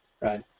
right